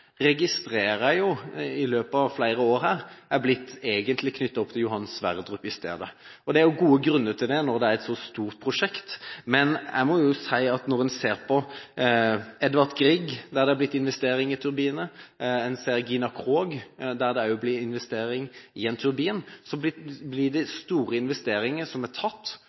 registrerer jeg at i løpet av flere år egentlig er blitt knyttet opp til Johan Sverdrup i stedet. Det er jo gode grunner til det når det er et så stort prosjekt. Men jeg må jo si at når en ser på Edvard Grieg, der det er blitt investering i turbiner, når en ser på Gina Krog, der det også blir investering i en turbin, er det store investeringer som